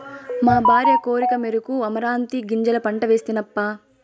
మా భార్య కోరికమేరకు అమరాంతీ గింజల పంట వేస్తినప్పా